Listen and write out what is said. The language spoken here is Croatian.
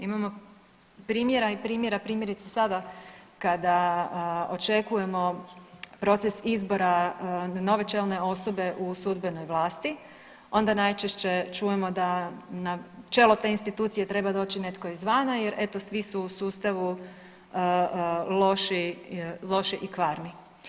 Imamo primjera i primjera, primjerice sada kada očekujemo proces izbora nove čelne osobe u sudbenoj vlasti onda najčešće čujemo da na čelo te institucije treba doći netko izvana jer eto svi su u sustavu loši, loši i kvarni.